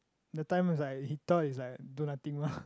that time is like he thought is like do nothing mah